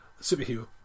superhero